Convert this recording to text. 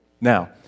Now